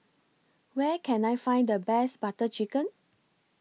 Where Can I Find The Best Butter Chicken